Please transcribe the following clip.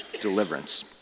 deliverance